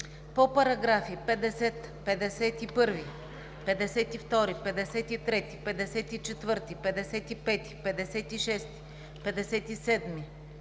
По параграфи 50, 51, 52, 53, 54, 55, 56, 57,